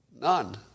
None